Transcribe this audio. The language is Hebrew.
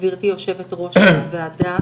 גברתי יושבת-ראש הוועדה,